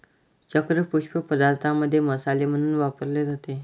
चक्र पुष्प पदार्थांमध्ये मसाले म्हणून वापरले जाते